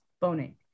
phoning